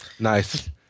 Nice